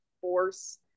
force